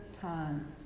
time